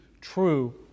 true